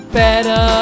better